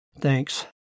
Thanks